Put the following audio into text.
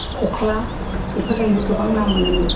खख्ला बेफोरजोंबो गोबां ना मोनोमोन